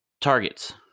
targets